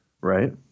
Right